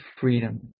freedom